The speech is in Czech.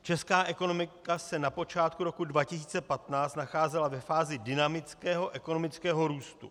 Česká ekonomika se na počátku roku 2015 nacházela ve fázi dynamického ekonomického růstu.